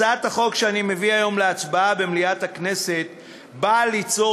הצעת החוק שאני מביא היום להצבעה במליאת הכנסת באה ליצור